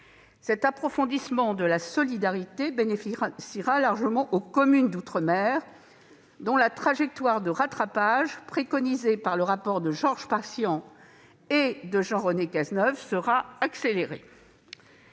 Cet approfondissement de la solidarité bénéficiera largement aux communes d'outre-mer, dont la trajectoire de rattrapage préconisée par le rapport de Georges Patient et de Jean-René Cazeneuve sera accélérée.